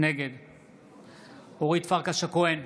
נגד אורית פרקש הכהן,